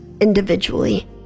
individually